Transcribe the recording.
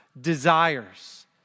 desires